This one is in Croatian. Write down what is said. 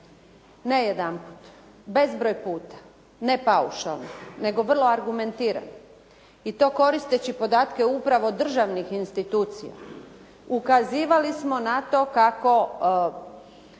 Ne jedanput, bezbroj puta, ne paušalno, nego vrlo argumentirano i to koristeći podatke upravo državnih institucija. Ukazivali smo na to kako